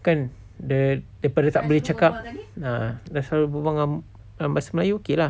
kan the daripada tak boleh cakap ah nak suruh dia berbual dengan dalam bahasa melayu K lah